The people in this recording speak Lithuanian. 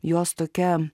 jos tokia